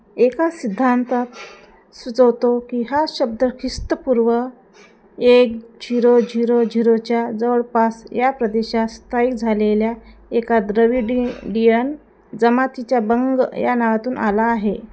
एका सिद्धांत सुचवतो की हा शब्द खिस्तपूर्व एक झिरो झिरो झिरोच्या जवळपास या प्रदेशात स्थयिक झालेल्या एका द्रविडि डियन जमातीच्या बंग या नावातून आला आहे